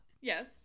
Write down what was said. Yes